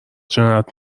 جنایت